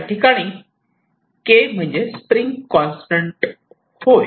याठिकाणी के म्हणजे spring constant होय